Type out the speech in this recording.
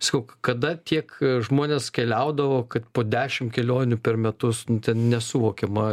sakau kada tiek žmonės keliaudavo kad po dešim kelionių per metus nu ten nesuvokiama